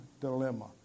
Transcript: dilemma